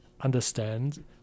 understand